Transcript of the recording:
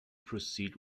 proceed